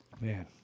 Man